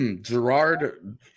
Gerard